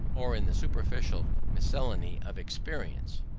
or in the superficial miscellany of experience.